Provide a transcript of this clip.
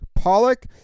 Pollock